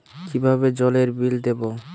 কিভাবে জলের বিল দেবো?